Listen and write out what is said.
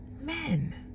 men